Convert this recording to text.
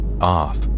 off